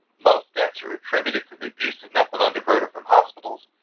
most deaths are attributed to the abuse of methadone diverted from hospitals,